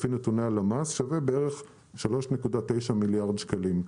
לפי נתוני הלמ"ס שווה בערך 3.9 מיליארד שקלים,